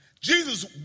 Jesus